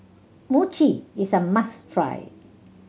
mochi is a must try